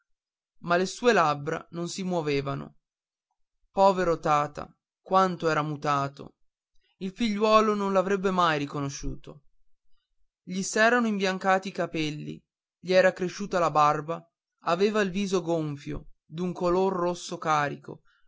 ma le sue labbra non si muovevano povero tata quanto era mutato il figliuolo non l'avrebbe mai riconosciuto gli s'erano imbiancati i capelli gli era cresciuta la barba aveva il viso gonfio d'un color rosso carico